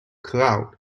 crown